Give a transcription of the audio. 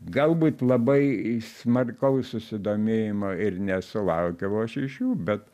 galbūt labai smarkaus susidomėjimo ir nesulaukiau aš iš jų bet